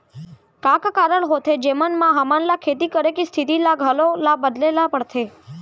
का का कारण होथे जेमन मा हमन ला खेती करे के स्तिथि ला घलो ला बदले ला पड़थे?